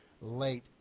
late